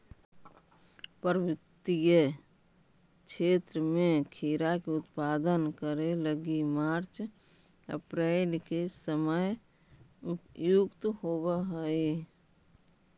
पर्वतीय क्षेत्र में खीरा के उत्पादन करे लगी मार्च अप्रैल के समय उपयुक्त होवऽ हई